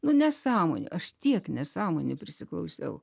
nu nesąmonė aš tiek nesąmonių prisiklausiau